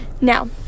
Now